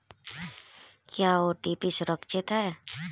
क्या ओ.टी.पी सुरक्षित है?